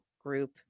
group